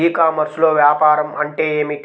ఈ కామర్స్లో వ్యాపారం అంటే ఏమిటి?